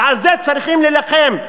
ועל זה צריכים להילחם.